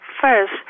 First